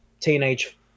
teenage